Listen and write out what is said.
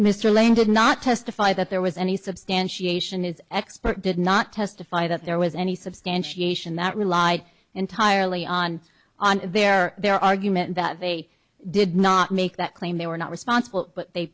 mr lane did not testify that there was any substantiation is expert did not testify that there was any substantiation that relied entirely on on their their argument that they did not make that claim they were not responsible but they